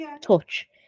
touch